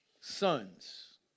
sons